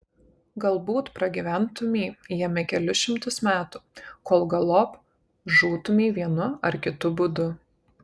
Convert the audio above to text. galbūt pragyventumei jame kelis šimtus metų kol galop žūtumei vienu ar kitu būdu